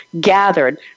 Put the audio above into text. gathered